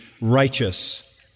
righteous